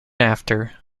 after